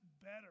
better